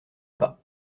pas